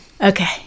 Okay